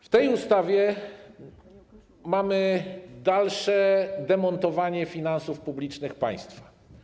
W tej ustawie mamy dalsze demontowanie finansów publicznych państwa.